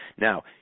Now